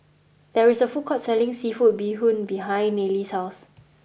there is a food court selling seafood bee hoon behind Nayely's house